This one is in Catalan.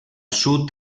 sud